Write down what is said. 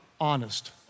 honest